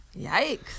Yikes